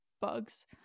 Bugs